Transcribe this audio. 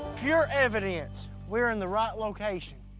pure evidence we're in the right location.